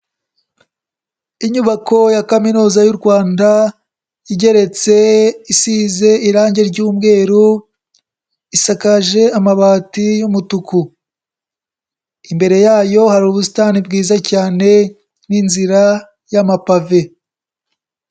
Inyubako ya Kaminuza y'u Rwanda igeretse, isize irange ry'umweru, isakaje amabati y'umutuku. Imbere yayo hari ubusitani bwiza cyane n'inzira y'amapave.